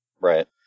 right